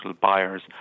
buyers